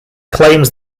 claims